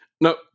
No